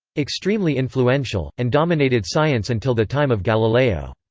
extremely influential, and dominated science until the time of galileo.